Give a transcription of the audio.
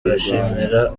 arashimira